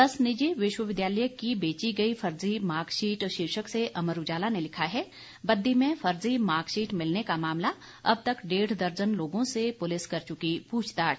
दस निजी विश्वविद्यालय की बेची गई फर्जी मार्क्सशीट शीर्षक से अमर उजाला ने लिखा है बद्दी में फर्जी मार्क्सशीट मिलने का मामला अब तक डेढ़ दर्जन लोगों से पुलिस कर चुकी पूछताछ